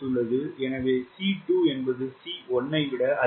எனவே c2 என்பது c1 ஐ விட அதிகம்